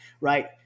right